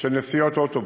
של נסיעות אוטובוס.